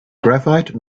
graphite